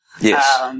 Yes